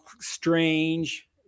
strange